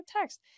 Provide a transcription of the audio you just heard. text